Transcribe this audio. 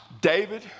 David